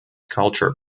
culture